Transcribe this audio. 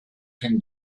can